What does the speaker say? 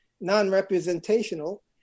non-representational